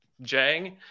jang